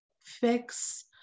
fix